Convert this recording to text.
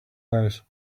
house